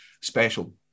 special